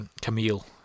Camille